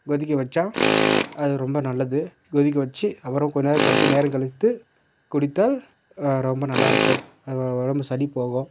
கொதிக்க வைச்சா அது ரொம்ப நல்லது கொதிக்க வைச்சு அப்புறம் கொஞ்ச நேரம் கழித்து நேரம் கழித்து குடித்தால் ரொம்ப நல்லா இருக்கும் உடம்பு சளி போகும்